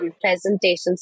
presentations